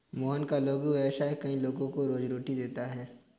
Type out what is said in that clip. मोहन का लघु व्यवसाय कई लोगों को रोजीरोटी देता है